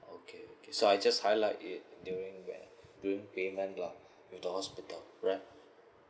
okay okay so I just highlight it during when doing payment lah with the hospital right